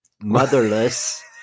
Motherless